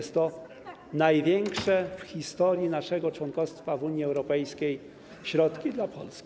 Są to największe w historii naszego członkostwa w Unii Europejskiej środki dla Polski.